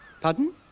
Pardon